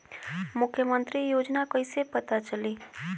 मुख्यमंत्री योजना कइसे पता चली?